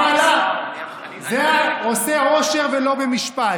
זה עושה עושר ולא במשפט.